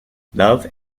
love